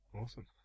Awesome